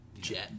Jet